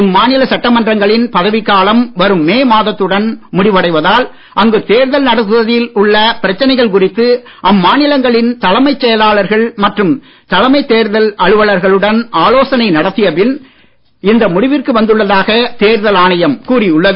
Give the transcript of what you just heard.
இம்மாநில சட்டமன்றங்களின் பதவிக் காலம் வரும் மே மாதத்துடன் முடிவடைவதால் அங்கு தேர்தல் நடத்துவதில் உள்ள பிரச்சனைகள் குறித்து அம்மாநிலங்களின் தலைமைச் செயலாளர்கள் மற்றும் தலைமை தேர்தல் அலுவலர்களுடன் ஆலோசனை நடத்திய பின் இந்த முடிவிற்கு வந்துள்ளதாக தேர்தல் ஆணையம் கூறி உள்ளது